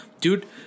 Dude